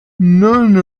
none